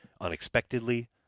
unexpectedly